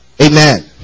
Amen